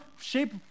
shape